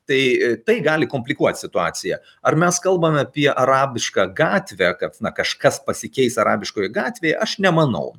tai tai gali komplikuot situaciją ar mes kalbam apie arabišką gatvę kad kažkas pasikeis arabiškoj gatvėj aš nemanau